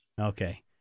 Okay